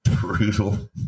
brutal